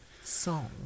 song